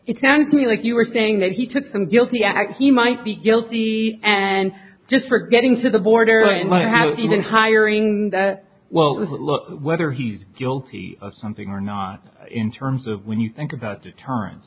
it sounds to me like you were saying that he took some guilty act he might be guilty and just for getting to the border in my house even hiring that well look whether he's guilty of something or not in terms of when you think about deterren